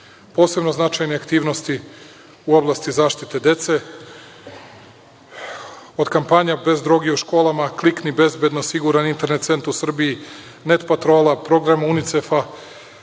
značajne aktivnosti u oblasti zaštite dece. Od kampanja „Bez droga u školama“, „Klikni bezbedno“, „Siguran internet u Srbiji“, „Net patrola“, „Program Unicefa“,